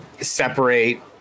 separate